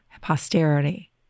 posterity